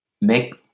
make